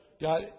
got